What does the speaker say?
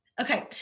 okay